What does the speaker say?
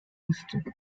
houston